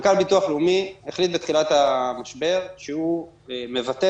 מנכ"ל ביטוח לאומי החליט בתחילת המשבר שהוא מוותר